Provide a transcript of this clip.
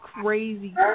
crazy